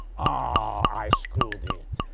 ah i screwed it.